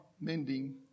mending